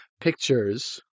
pictures